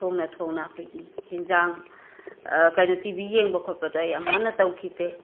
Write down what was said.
ꯊꯣꯡꯅ ꯊꯣꯡꯅ ꯑꯩꯈꯣꯏꯒꯤ ꯍꯦꯟꯖꯥꯡ ꯀꯩ ꯇꯤꯕꯤ ꯌꯦꯡꯕ ꯈꯣꯠꯄꯗꯣ ꯑꯩ ꯑꯃꯨꯛꯍꯟꯅ ꯇꯧꯈꯤꯗꯦ